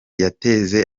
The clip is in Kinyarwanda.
yateze